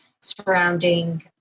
surrounding